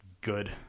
Good